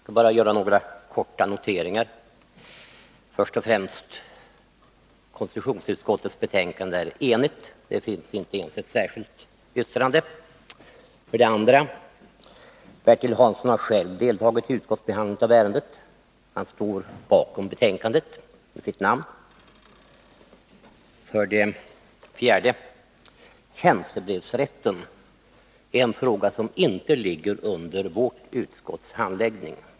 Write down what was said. Fru talman! Jag skall bara göra några korta noteringar: 1. Konstitutionsutskottets betänkande är enhälligt. Det finns inte ens ett särskilt yttrande. 2. Bertil Hansson har själv deltagit i utskottsbehandlingen. Han står bakom betänkandet med sitt namn. 3. Tjänstebrevsrätten är en fråga som inte ligger under vårt utskotts handläggning.